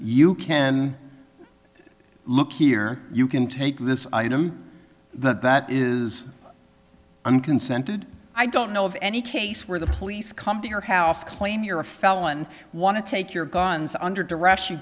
you can look here you can take this item that is i'm consented i don't know of any case where the police come to your house claim you're a felon and want to take your guns under direct you